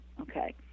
okay